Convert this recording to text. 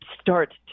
start